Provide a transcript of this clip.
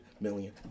million